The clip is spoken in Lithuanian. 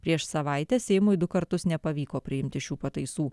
prieš savaitę seimui du kartus nepavyko priimti šių pataisų